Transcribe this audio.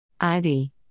Ivy